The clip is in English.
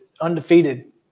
undefeated